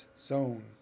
zone